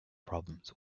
problems